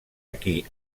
aquí